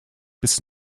bis